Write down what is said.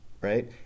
right